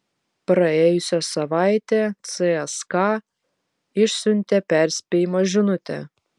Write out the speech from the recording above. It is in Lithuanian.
praėjusią savaitę cska išsiuntė perspėjimo žinutę